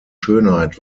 schönheit